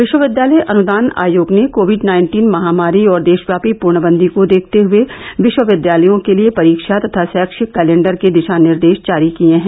विश्वविद्यालय अनुदान आयोग ने कोविड नाइन्टीन महामारी और देशव्यापी पूर्णबंदी को देखते हए विश्वविद्यालयों के लिए परीक्षा तथा शैक्षिक कैलेण्डर के दिशा निर्देश जारी किए हैं